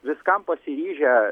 viskam pasiryžę